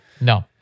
No